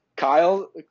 Kyle